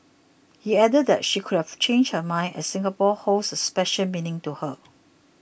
he added that she could have changed her mind as Singapore holds a special meaning to her